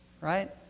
right